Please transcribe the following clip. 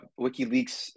WikiLeaks